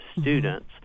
students